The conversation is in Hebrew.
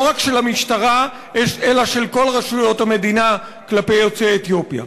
לא רק של המשטרה אלא של כל רשויות המדינה כלפי יוצאי אתיופיה.